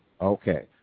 Okay